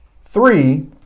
Three